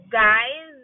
guys